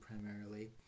primarily